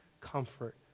comfort